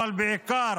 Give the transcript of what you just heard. אבל בעיקר